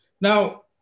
Now